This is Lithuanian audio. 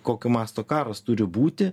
kokio masto karas turi būti